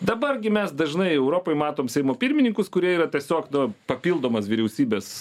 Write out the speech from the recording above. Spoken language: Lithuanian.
dabar gi mes dažnai europoj matom seimo pirmininkus kurie yra tiesiog nu papildomas vyriausybės